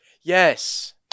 yes